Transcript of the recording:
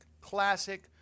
classic